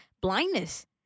blindness